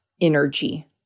energy